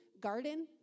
Garden